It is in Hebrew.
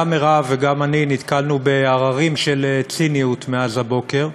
גם מירב וגם אני נתקלנו בהררים של ציניות מאז הבוקר,